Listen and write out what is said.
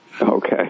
Okay